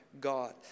God